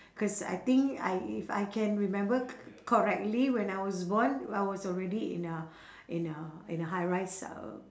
cause I think I if I can remember cor~ correctly when I was born I was already in a in a in a high rise uh